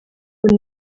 ngo